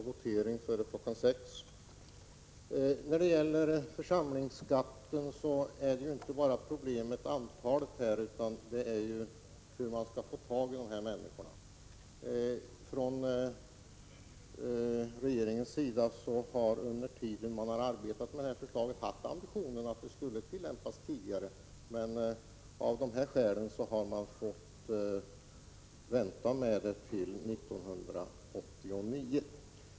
Herr talman! När det gäller församlingsskatt är problemet inte bara antalet. Det gäller också hur man skall få tag i de här människorna. Från regeringens sida har man under arbetet med propositionen haft ambitionen att få till stånd en tidigare tillämpning, men av de skäl som angivits har man fått vänta till 1989.